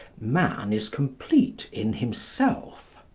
man is complete in himself.